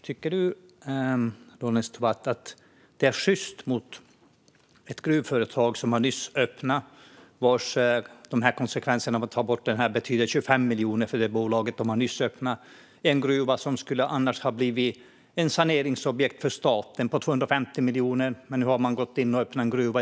Tycker du att det är sjyst mot ett gruvföretag som nyss har öppnat att ta bort subventionerna, vilket betyder ett tapp på 25 miljoner? Det är en gruva som annars skulle ha blivit ett saneringsobjekt för staten med en kostnad på 250 miljoner. Nu har man i stället gått in och öppnat en gruva.